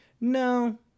No